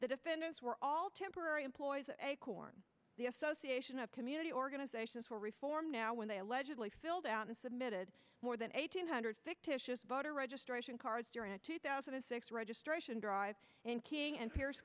the defendants were all temporary employees acorn the association of community organizations for reform now when they allegedly filled out and submitted more than eighteen hundred fictitious voter registration cards during a two thousand and six registration drive in king and pierce